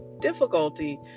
difficulty